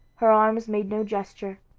her arms made no gesture,